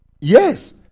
Yes